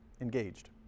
engaged